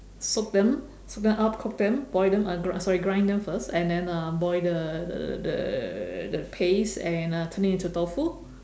soak them soak them up cook them boil them uh grind sorry grind them first and then uh boil the the the paste and turn it into tofu